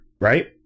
Right